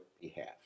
behalf